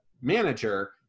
manager